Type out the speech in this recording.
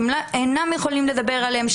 שהם אינם יכולים לדבר עליהם,